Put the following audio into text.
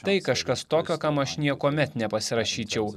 tai kažkas tokio kam aš niekuomet nepasirašyčiau